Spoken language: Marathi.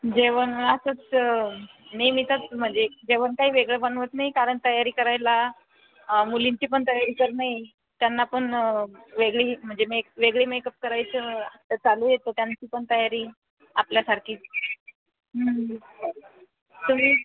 जेवण असंच नेहमीचंच म्हणजे जेवण काही वेगळं बनवत नाही कारण तयारी करायला मुलींची पण तयारी करण आहे त्यांना पण वेगळी म्हणजे मेक वेगळी मेकअप करायचं चालू आहे तर त्यांची पण तयारी आपल्यासारखीच तुम्ही